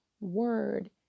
word